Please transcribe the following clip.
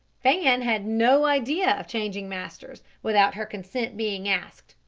fan had no idea of changing masters without her consent being asked,